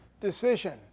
decision